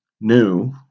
New